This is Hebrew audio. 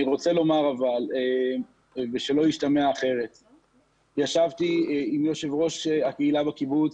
אני רוצה לומר ושלא ישתמע אחרת - שישבתי עם יושב ראש הקהילה בקיבוץ,